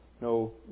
No